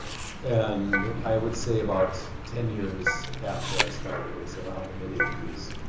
and i would say about ten years after i started here, so around the mid eighty s,